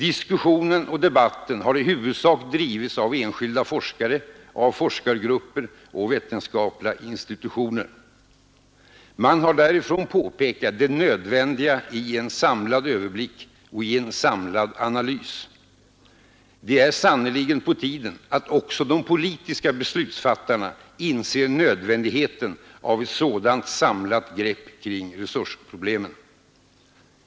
Diskussionen och debatten har i huvudsak drivits av enskilda forskare, av forskargrupper och av vetenskapliga institutioner. Man har därifrån pekat på det nödvändiga i en samlad överblick och i en samlad analys. Det är sannerligen på tiden att också de politiska beslutsfattarna inser nödvändigheten av ett sådant samlat grepp kring resursproblemen!